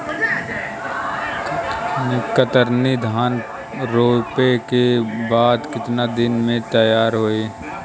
कतरनी धान रोपे के बाद कितना दिन में तैयार होई?